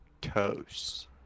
toast